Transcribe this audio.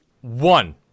One